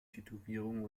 tätowierungen